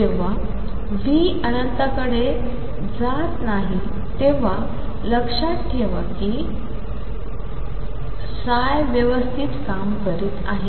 जेव्हा V अनंताकडे जात नाही तेव्हा लक्षात ठेवा कि ψ व्यवथित काम करत आहे